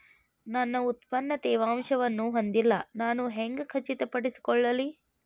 ನನ್ನ ಉತ್ಪನ್ನ ತೇವಾಂಶವನ್ನು ಹೊಂದಿಲ್ಲಾ ನಾನು ಹೆಂಗ್ ಖಚಿತಪಡಿಸಿಕೊಳ್ಳಲಿ?